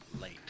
late